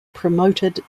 promoted